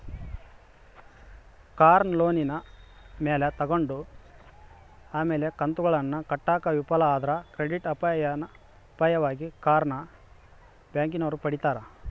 ಕಾರ್ನ ಲೋನಿನ ಮ್ಯಾಲೆ ತಗಂಡು ಆಮೇಲೆ ಕಂತುಗುಳ್ನ ಕಟ್ಟಾಕ ವಿಫಲ ಆದ್ರ ಕ್ರೆಡಿಟ್ ಅಪಾಯವಾಗಿ ಕಾರ್ನ ಬ್ಯಾಂಕಿನೋರು ಪಡೀತಾರ